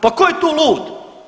Pa tko je tu lud?